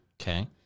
Okay